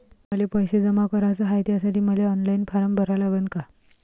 मले पैसे जमा कराच हाय, त्यासाठी मले ऑनलाईन फारम भरा लागन का?